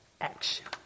action